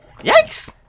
Yikes